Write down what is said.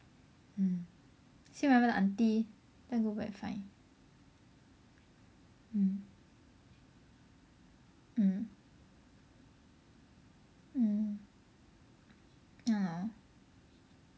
mm still remember the aunty then go back find mm mm mm ya hor